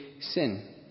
sin